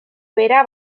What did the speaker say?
bera